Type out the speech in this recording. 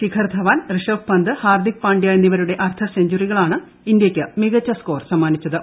ശിഖർ ധവാൻ ഋഷഭ് പന്ത് ഹർദ്ദിക് പാണ്ഡ്യ എന്നിവരുടെ അർദ്ധ സെഞ്ചറികളാണ് ഇന്ത്യയ്ക്ക് മികച്ച സ്കോർ സമ്മാനിച്ചത്